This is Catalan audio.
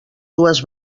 dues